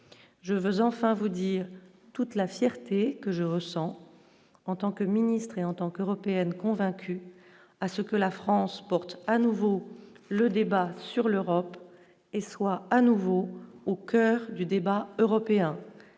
je veux enfin vous dire toute la fierté que je ressens en tant que ministre et en tant qu'européenne convaincue à ce que la France porte à nouveau le débat sur l'Europe et soit à nouveau au coeur du débat européen,